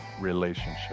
relationship